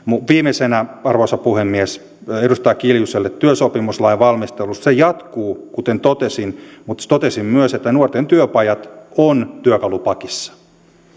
viimeisenä arvoisa puhemies edustaja kiljuselle työsopimuslain valmistelu jatkuu kuten totesin mutta totesin myös että nuorten työpajat ovat työkalupakissa